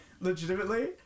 legitimately